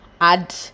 add